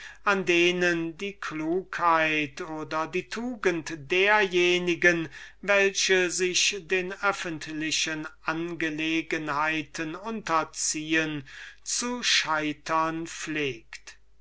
an denen die klugheit oder die tugend derjenigen zu scheitern pflegt welche sich den öffentlichen angelegenheiten unterziehen er setzte